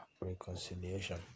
reconciliation